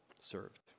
served